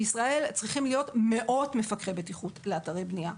בישראל צריכים להיות מאות מפקחי בטיחות לאתרי בנייה.